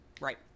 Right